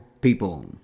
people